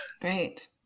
Great